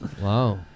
Wow